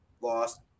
lost